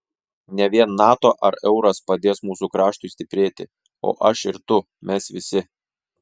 ne vien nato ar euras padės mūsų kraštui stiprėti o aš ir tu mes visi